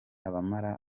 abamara